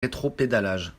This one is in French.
rétropédalages